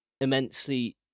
immensely